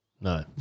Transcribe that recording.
No